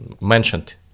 mentioned